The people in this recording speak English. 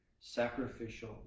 Sacrificial